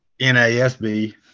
NASB